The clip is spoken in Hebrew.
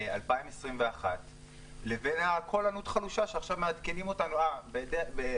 ל-2021 לבין קול ענות החלושה שעכשיו מעדכנים אותנו באגב,